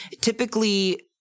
Typically